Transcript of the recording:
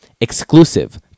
exclusive